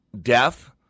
Deaf